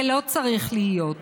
זה לא צריך להיות.